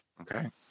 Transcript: Okay